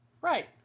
Right